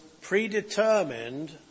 predetermined